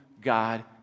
God